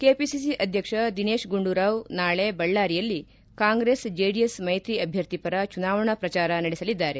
KPCC ಅಧ್ಯಕ್ಷ ದಿನೇಶ್ ಗುಂಡೂರಾವ್ ನಾಳೆ ಬಳ್ಳಾರಿಯಲ್ಲಿ ಕಾಂಗ್ರೆಸ್ ಜೆಡಿಎಸ್ ಮೈತ್ರಿ ಅಭ್ಯರ್ಥಿ ಪರ ಚುನಾವಣಾ ಪ್ರಚಾರ ನಡೆಸಲಿದ್ದಾರೆ